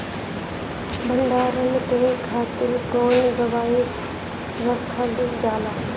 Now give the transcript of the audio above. भंडारन के खातीर कौन दवाई रखल जाला?